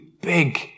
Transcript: big